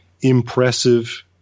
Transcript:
impressive